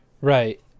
Right